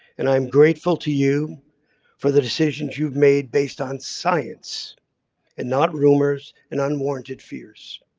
and i'm grateful to you for the decisions you've made based on science and not rumors and unwarranted fears.